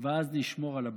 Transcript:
ואז נשמור על הבייס.